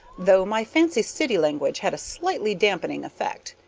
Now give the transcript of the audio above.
though my fancy city language had a slightly dampening effect.